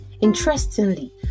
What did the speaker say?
Interestingly